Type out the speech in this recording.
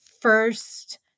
first